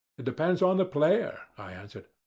it depends on the player, i answered.